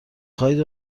خواهید